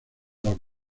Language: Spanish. los